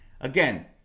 Again